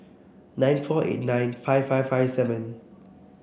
nine four eight nine five five five seven